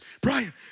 Brian